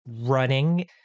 Running